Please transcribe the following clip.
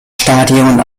stadion